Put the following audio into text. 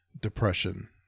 depression